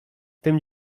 tym